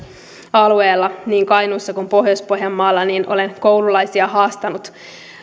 alueella niin kainuussa kuin pohjois pohjanmaalla olen koululaisia haastanut